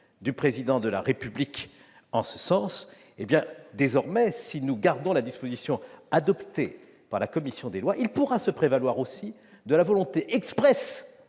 du Président de la République en ce sens. Eh bien, désormais, si nous gardons la disposition adoptée par la commission des lois, il pourra se prévaloir aussi de la volonté expresse